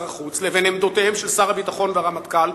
החוץ לבין עמדותיהם של שר הביטחון והרמטכ"ל,